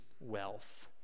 wealth